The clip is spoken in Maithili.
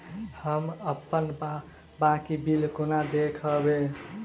हम अप्पन बाकी बिल कोना देखबै?